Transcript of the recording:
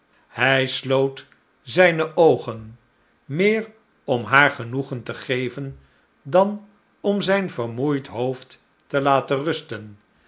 hij sloot zijne oogen meer om haar genoegen te geven dan om zijn vermoeid hoofd te laten rusten